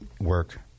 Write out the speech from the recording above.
work